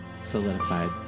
solidified